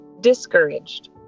discouraged